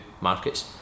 markets